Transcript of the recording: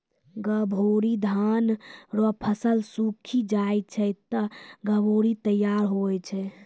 गभोरी धान रो फसल सुक्खी जाय छै ते गभोरी तैयार हुवै छै